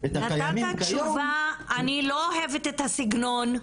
נתת תשובה, אני לא אוהבת את הסגנון,